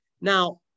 now